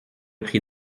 prie